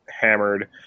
hammered